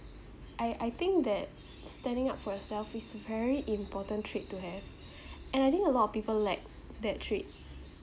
I I think that standing up for yourself is very important trait to have and I think a lot of people lack that trait